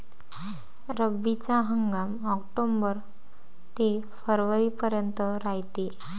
रब्बीचा हंगाम आक्टोबर ते फरवरीपर्यंत रायते